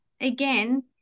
again